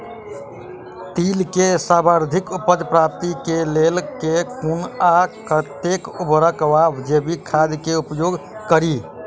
तिल केँ सर्वाधिक उपज प्राप्ति केँ लेल केँ कुन आ कतेक उर्वरक वा जैविक खाद केँ उपयोग करि?